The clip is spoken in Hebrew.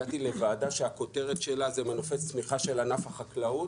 הגעתי לוועדה שהכותרת שלה היא "מנופי צמיחה של ענף החקלאות",